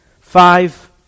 five